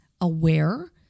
aware